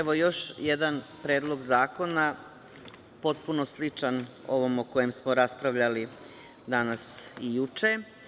Ovo je još jedan Predlog zakona potpuno sličan ovom o kojem smo raspravljali danas i juče.